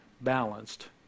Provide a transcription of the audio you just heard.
balanced